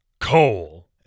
Coal